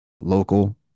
local